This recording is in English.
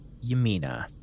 yamina